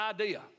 idea